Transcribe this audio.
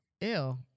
Ew